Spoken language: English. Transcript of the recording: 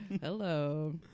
Hello